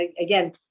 Again